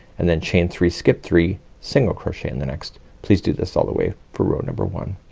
and then chain three, skip three, single crochet in the next. please do this all the way for row number one.